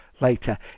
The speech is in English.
later